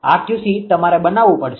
આ 𝑄𝐶 તમારે બનાવવું પડશે